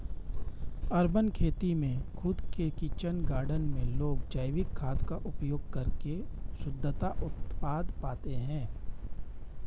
urban खेती में खुद के किचन गार्डन में लोग जैविक खाद का उपयोग करके शुद्धतम उत्पाद पाते हैं